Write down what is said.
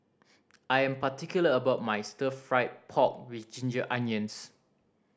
I am particular about my Stir Fried Pork With Ginger Onions